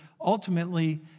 ultimately